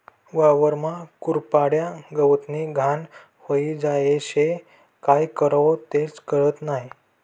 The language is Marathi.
वावरमा कुरपाड्या, गवतनी घाण व्हयी जायेल शे, काय करवो तेच कयत नही?